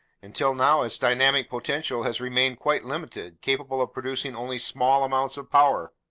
until now, its dynamic potential has remained quite limited, capable of producing only small amounts of power!